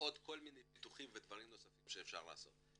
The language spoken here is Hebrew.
ועוד כל מיני פיתוחים ודברים נוספים שאפשר לעשות.